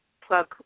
plug